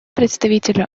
представителя